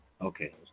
Okay